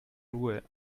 ruhe